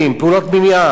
פעולות מניעה.